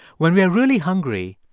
when we are really hungry,